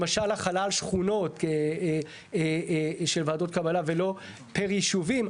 למשל החלה על שכונות של ועדות קבלה ולא פר ישובים.